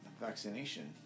vaccination